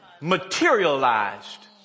materialized